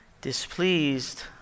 displeased